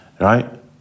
right